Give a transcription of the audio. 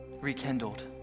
rekindled